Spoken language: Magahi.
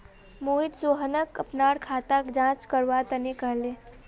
मोहित सोहनक अपनार खाताक जांच करवा तने कहले